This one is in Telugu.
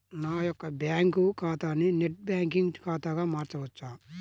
నా యొక్క బ్యాంకు ఖాతాని నెట్ బ్యాంకింగ్ ఖాతాగా మార్చవచ్చా?